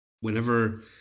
Whenever